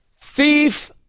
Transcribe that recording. Thief